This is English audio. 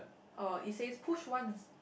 orh it says push one